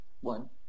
one